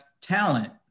talent